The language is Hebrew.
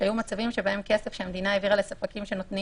שבהם כסף שהמדינה העבירה לספקים שנותנים